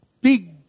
big